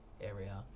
area